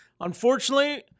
Unfortunately